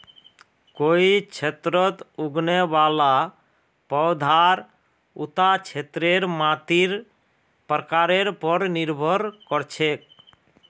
कोई क्षेत्रत उगने वाला पौधार उता क्षेत्रेर मातीर प्रकारेर पर निर्भर कर छेक